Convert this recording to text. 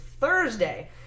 Thursday